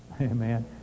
Amen